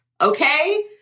Okay